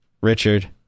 Richard